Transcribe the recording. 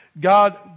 God